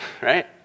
Right